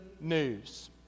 news